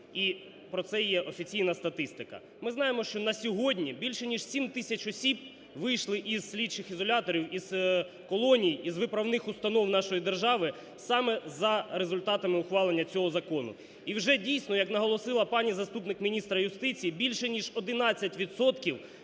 і про це є офіційна статистика. Ми знаємо, що на сьогодні більше ніж 7 тисяч осіб вийшли із слідчих ізоляторів, із колоній із виправних установ нашої держави саме за результатами ухвалення цього закону. І вже дійсно, як наголосила пані заступник міністра юстиції, більше ніж 11